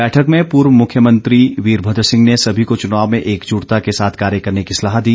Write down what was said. बैठक में पूर्व मुख्यमंत्री वीरभद्र सिंह ने सभी को चुनाव में एकजुटता के साथ कार्य करने की सलाह दी